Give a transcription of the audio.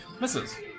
misses